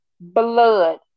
blood